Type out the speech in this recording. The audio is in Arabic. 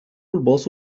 الباص